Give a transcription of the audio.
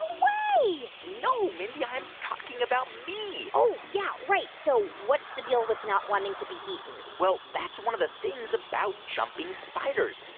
way no, mindy, i'm talking about me oh, yeah. right. so what's the deal with not wanting to be eaten? well, that's one of the things about jumping spiders.